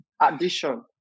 addition